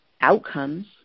outcomes